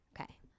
Okay